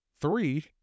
three